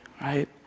right